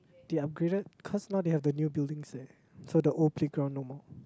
they upgraded cause now they have the new buildings eh so the old playground no more